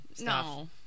no